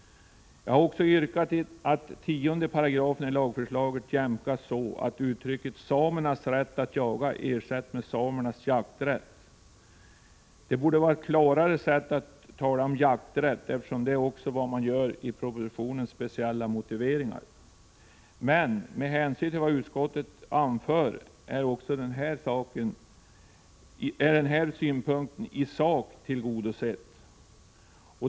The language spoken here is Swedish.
Jag har vidare yrkat att 10§ i lagförslaget jämkas så att uttrycket ”samernas rätt att jaga” ersätts med ”samers jakträtt”. Det borde vara klarare att tala om jakträtt, eftersom det är vad man anger i propositionens speciella motivering. Men med hänsyn till vad utskottet anför anser jag att mina synpunkter även härvidlag i sak är tillgodosedda.